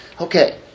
Okay